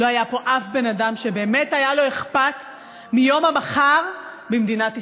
לא היה פה אף בן אדם שבאמת היה לו אכפת מיום המחר במדינת ישראל.